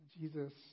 Jesus